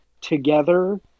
together